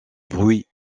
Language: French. bruit